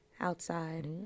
outside